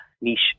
niche